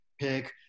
Pick